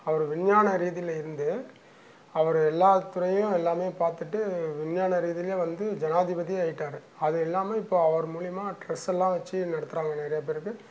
அவரு விஞ்ஞானரீதியில் இருந்து அவர் எல்லா துறையும் எல்லாமே பார்த்துட்டு விஞ்ஞானரீதிலேயும் வந்து ஜனாதிபதியும் ஆயிட்டாரு அது எல்லாமே இப்போது அவர் மூலிமா ட்ரெஸ்ட்ஸெல்லாம் வெச்சு நடத்துகிறாங்க நிறைய பேருக்கு